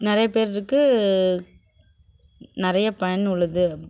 நிறைய பேருக்கு நிறைய பயனுள்ளது